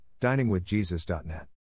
diningwithjesus.net